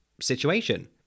situation